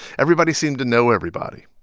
everybody seemed to know everybody,